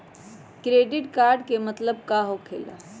Credit card के मतलब का होकेला?